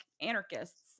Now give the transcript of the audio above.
anarchists